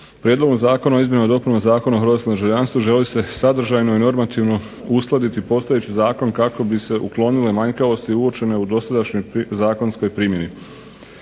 Prijedlogom Zakona o izmjenama i dopunama Zakona o hrvatskom državljanstvu želi se sadržajno i normativno uskladiti postojeći zakon kako bi se uklonile manjkavosti uočene u dosadašnjom zakonskoj primjeni.